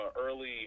early